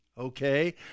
Okay